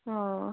ꯑꯣ